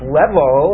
level